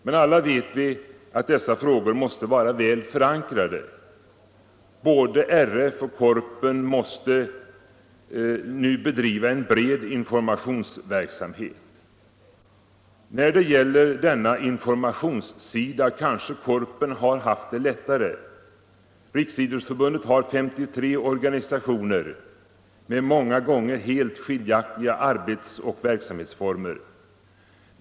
Men alla vet vi att dessa frågor måste vara väl förankrade. Både RF och Korpen måste nu bedriva en bred informationsverksamhet. När det gäller denna informationsverksamhet kanske Korpen har haft det lättare. Riksidrottsförbundet har 53 organisationer med många gånger helt skiljaktiga arbetsoch verksamhetsformer.